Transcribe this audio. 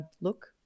Look